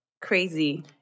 crazy